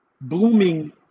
blooming